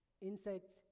insects